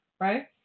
right